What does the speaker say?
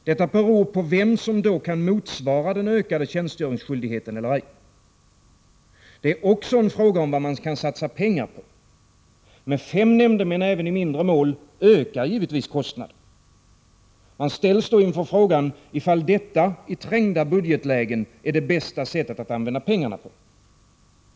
Detta beror på vilka som kan motsvara den ökade tjänstgöringsskyldigheten och vilka som inte kan det. Det är också en fråga om vad man kan satsa pengar på. Med fem nämndemän även i mindre mål ökar givetvis kostnaden. Man ställs inför frågan ifall detta i trängda budgetlägen är det bästa sättet att använda pengarna på.